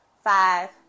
five